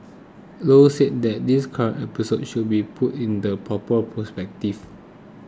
Low said that this current episode should be put in the proper perspective